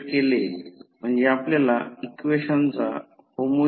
5 I2 20 परिमाण आणि cos कोन I2 36